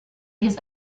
his